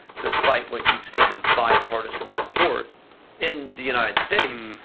despite what you've seen as bipartisan support in the united states,